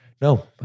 No